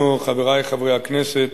אנחנו, חברי חברי הכנסת,